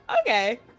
Okay